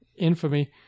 Infamy